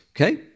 Okay